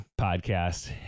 podcast